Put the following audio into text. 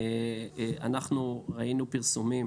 ראינו פרסומים